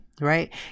right